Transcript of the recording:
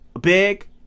big